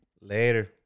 Later